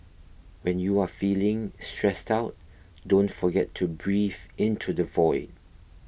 when you are feeling stressed out don't forget to breathe into the void